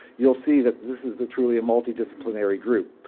you'll see that this is truly a multidisciplinary group.